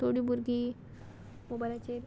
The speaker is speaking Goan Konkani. थोडी भुरगीं मोबायलाचेर